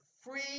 Free